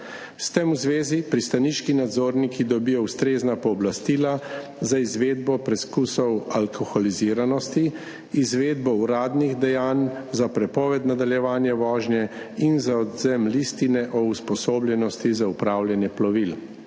s tem pristaniški nadzorniki dobijo ustrezna pooblastila za izvedbo preizkusov alkoholiziranosti, izvedbo uradnih dejanj za prepoved nadaljevanja vožnje in za odvzem listine o usposobljenosti za upravljanje plovil.